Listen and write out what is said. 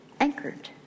anchored